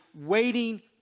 waiting